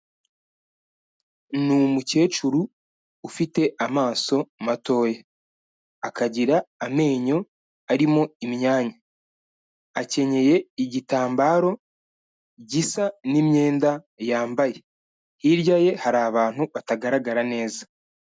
Ni umukecuru ufite amaso matoya, akagira amenyo arimo imyanya, akenyeye igitambaro gisa n'imyenda yambaye, hirya ye hari abantu batagaragara neza.